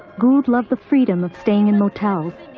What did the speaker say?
gould loved the freedom of staying in motels,